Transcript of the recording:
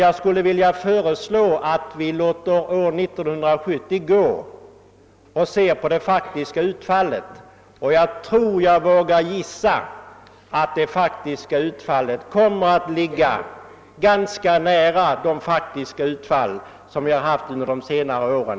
Jag anser vidare att år 1970 får gå till sitt slut innan man bedömer det faktiska utfallet av ansökningarna. Jag vågar dock gissa att detta kommer att ligga ganska nära resul tatet av nämndens verksamhet under de senare åren.